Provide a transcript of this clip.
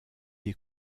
des